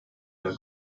der